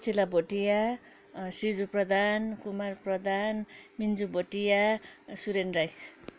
Estella Bhutia Sriju Pradhan Kumar Pradhan Minju Bhutia Suren Rai